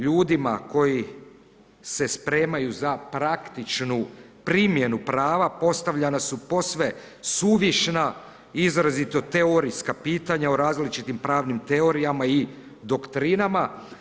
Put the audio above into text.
Ljudima koji se spremaju za praktičku primjenu prava postavljana su posve suvišna i izrazito teorijska pitanja o različitim pravnim teorijama i doktrinama.